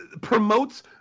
promotes